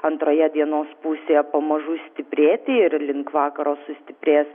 antroje dienos pusėje pamažu stiprėti ir link vakaro sustiprės